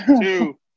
Two